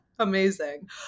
Amazing